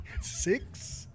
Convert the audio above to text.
Six